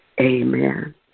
amen